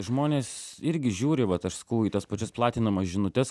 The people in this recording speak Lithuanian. žmonės irgi žiūri vat aš sakau į tas pačias platinamas žinutes